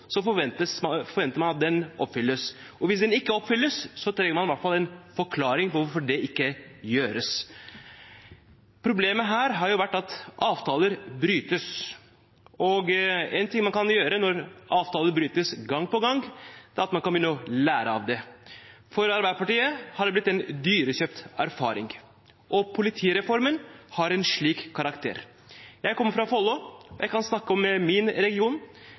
forventer man at den oppfylles, og hvis den ikke oppfylles, trenger man i hvert fall en forklaring på hvorfor det ikke gjøres. Problemet her har vært at avtaler brytes. En ting man kan gjøre når avtaler brytes gang på gang, er at man kan begynne å lære av det. For Arbeiderpartiet har det blitt en dyrekjøpt erfaring, og politireformen har en slik karakter. Jeg kommer fra Follo, og jeg kan snakke om min region.